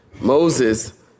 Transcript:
Moses